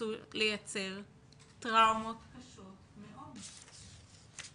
עשוי לייצר טראומות קשות מאוד.